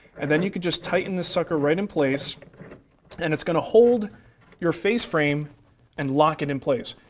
and then you can just tighten this sucker right in place and it's going to hold your face frame and lock it in place.